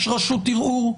יש רשות ערעור,